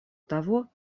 того